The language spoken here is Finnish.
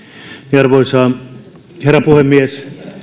arvoisa herra puhemies